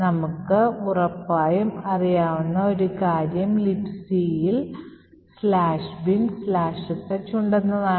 നമുക്ക് ഉറപ്പായും അറിയാവുന്ന ഒരു കാര്യം Libcയിൽ "binsh" ഉണ്ടെന്നതാണ്